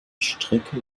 strecke